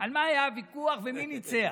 על מה היה הוויכוח ומי ניצח.